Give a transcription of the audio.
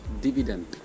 dividend